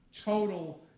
total